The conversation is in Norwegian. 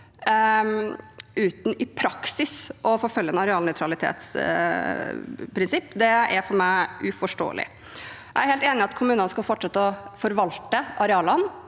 uten i praksis å forfølge et arealnøytralitetsprinsipp, er for meg uforståelig. Jeg er helt enig i at kommunene skal fortsette å forvalte arealene,